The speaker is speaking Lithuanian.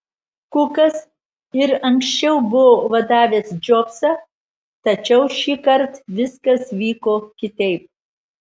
kukas ir anksčiau buvo vadavęs džobsą tačiau šįkart viskas vyko kitaip